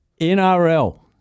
NRL